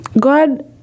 God